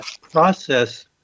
process